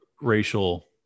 racial